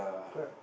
correct